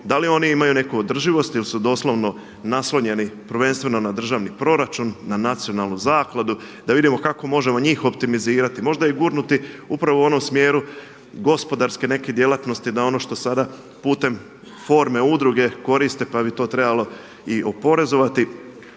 da li oni imaju neku održivost ili su doslovno naslonjeni prvenstveno na državni proračun, na nacionalnu zakladu, da vidimo kako možemo njih optimizirati, možda i gurnuti upravo u onom smjeru gospodarske neke djelatnosti da ono što sada putem forme udruge koriste pa bi to trebalo i oporezovati.